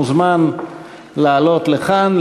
מוזמן לעלות לכאן,